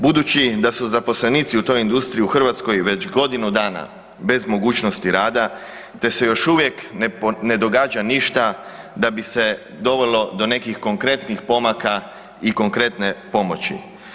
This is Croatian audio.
Budući da su zaposlenici u toj industriji u Hrvatskoj već godinu dana bez mogućnosti rada da se još uvijek ne događa ništa da bi se dovelo do nekih konkretnih pomaka i konkretne pomoći.